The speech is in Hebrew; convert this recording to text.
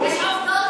יש עובדות גם.